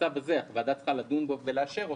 הצו הזה, הוועדה צריכה לדון בו ולאשר אותו,